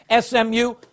SMU